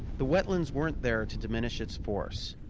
the wetlands weren't there to diminish its force,